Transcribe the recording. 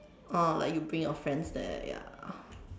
ah like you bring your friends there ya